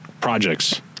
projects